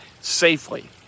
safely